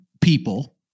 people